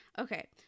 Okay